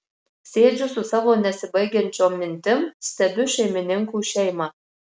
sėdžiu su savo nesibaigiančiom mintim stebiu šeimininkų šeimą